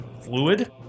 fluid